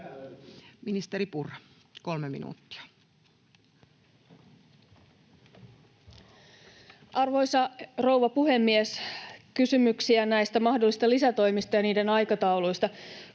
Ministeri Purra, kolme minuuttia. Arvoisa rouva puhemies! Kysymyksiin näistä mahdollisista lisätoimista ja niiden aikatauluista: